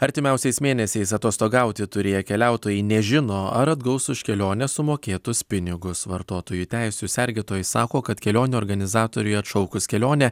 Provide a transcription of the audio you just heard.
artimiausiais mėnesiais atostogauti turėję keliautojai nežino ar atgaus už kelionę sumokėtus pinigus vartotojų teisių sergėtojai sako kad kelionių organizatoriui atšaukus kelionę